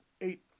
eight